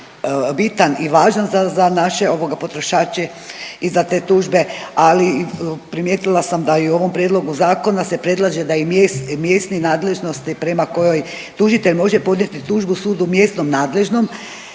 bitan i važan za naše potrošače i za te tužbe, ali primijetila sam da i u ovom Prijedlogu zakona se predlaže da i mjesne nadležnosti prema kojoj tužitelj može podnijeti tužbu sudu mjesno nadležnom